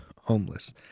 homeless